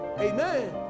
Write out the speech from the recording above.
Amen